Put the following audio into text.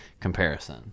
comparison